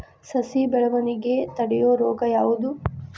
ಸಸಿ ಬೆಳವಣಿಗೆ ತಡೆಯೋ ರೋಗ ಯಾವುದು?